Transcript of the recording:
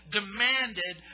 demanded